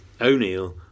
O'Neill